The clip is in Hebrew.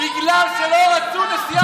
בגלל שלא רצו נשיאה מזרחית.